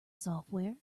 software